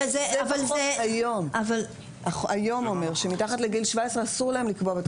החוק היום אומר שמתחת לגיל 17 אסור להם לקבוע בתקנון הוראות אחרות.